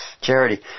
charity